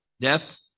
Death